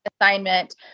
assignment